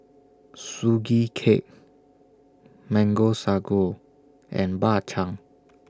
Sugee Cake Mango Sago and Bak Chang